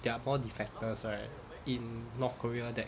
there are more defectors right in north korea that